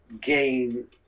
gain